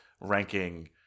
ranking